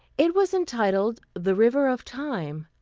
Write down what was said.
it was entitled the river of time.